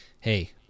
hey